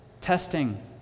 testing